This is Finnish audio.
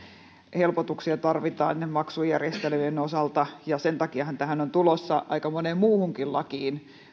helpotuksia tarvitaan näiden maksujärjestelyjen osalta ja sen takiahan tässä on tulossa aika moneen muuhunkin lakiin